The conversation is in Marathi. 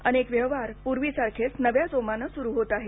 अनेक व्यवहार पूर्वी सारखेच नव्या जोमानं सुरू होत आहेत